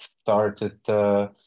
started